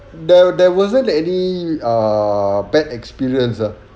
there there wasn't any uh bad experience ah